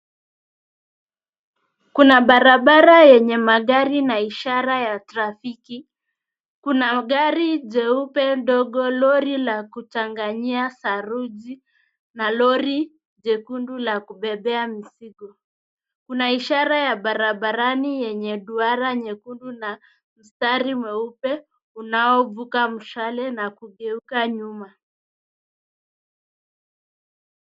Kuna barabara yenye magari na ishara ya trafiki. Kuna gari jeupe ndogo, lori la kuchanganyia saruji na lori jekundu la kubebea mizigo. Kuna ishara ya barabarani yenye duara nyekudu na mstari mweupe unaovuka mshale na kugeuka nyuma.